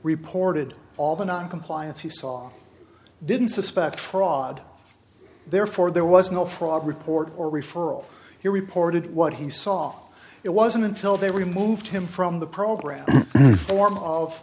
reported all the noncompliance he saw didn't suspect fraud therefore there was no fraud report or referral he reported what he saw it wasn't until they removed him from the program the form of